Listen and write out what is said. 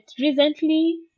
recently